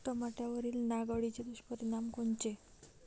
टमाट्यावरील नाग अळीचे दुष्परिणाम कोनचे?